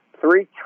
three